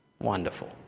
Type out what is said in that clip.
Wonderful